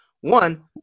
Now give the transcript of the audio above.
One